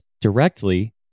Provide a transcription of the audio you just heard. directly